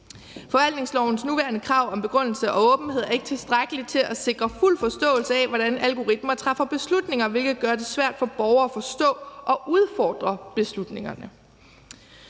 Forvaltningslovens nuværende krav om begrundelse og åbenhed er ikke tilstrækkelige til at sikre fuld forståelse af, hvordan algoritmer træffer beslutninger, hvilket gør det svært for borgere at forstå og udfordre beslutningerne.